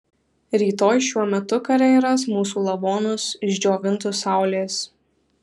rytoj šiuo metu kariai ras mūsų lavonus išdžiovintus saulės